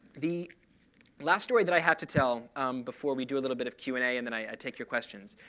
the last story that i have to tell before we do a little bit of q and a and then i take your questions